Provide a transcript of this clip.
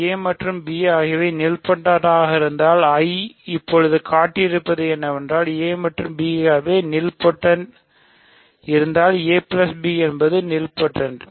a மற்றும் b ஆகியவை nilpotent ஆக இருந்தால் I இப்போது காட்டியிருப்பது என்னவென்றால் a மற்றும் b ஆகியவை நீல்பொடென்ட் இருந்தால் a b என்பது நில்போடென்ட்